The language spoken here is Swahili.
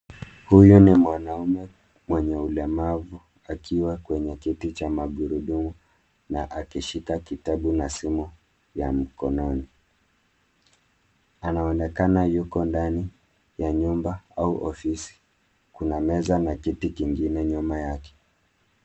Huyu ni mwanaume mwenye ulemavu akiwa kwenye kiti cha magurudumu na akishika kitabu na simu ya mkononi. Anaonekana yuko ndani ya nyumba au ofisi, kuna meza na kiti kingine nyuma yake.